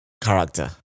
character